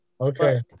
Okay